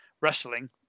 wrestling